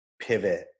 pivot